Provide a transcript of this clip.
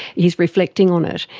he's reflecting on it,